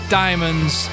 diamonds